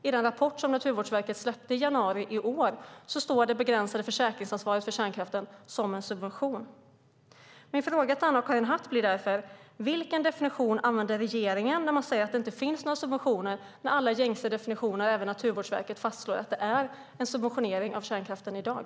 I den rapport som Naturvårdsverket släppte i januari i år anges det begränsade försäkringsansvaret för kärnkraften som en subvention. Vilken definition använder regeringen när man säger att det inte finns några subventioner? Enligt alla gängse definitioner och även Naturvårdsverket sker det en subventionering av kärnkraften i dag.